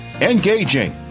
engaging